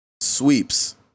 Sweeps